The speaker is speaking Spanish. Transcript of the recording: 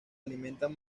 alimentan